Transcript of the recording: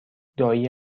دایی